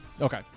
okay